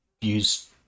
use